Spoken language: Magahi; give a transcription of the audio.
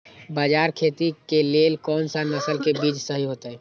बाजरा खेती के लेल कोन सा नसल के बीज सही होतइ?